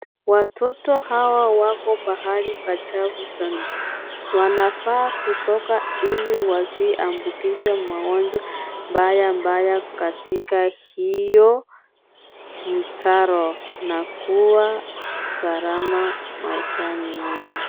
Watoto hawa wako pahali pachafu sana, wanafaa kutoka ili wasiambukizwe magonjwa mbaya mbaya katika hiyo mtaro na kuwa salama maishani mwao.